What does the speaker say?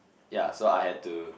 ya so I had to